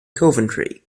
coventry